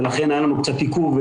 לכן היה לנו קצת עיכוב,